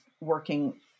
working